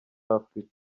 africa